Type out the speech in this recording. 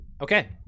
Okay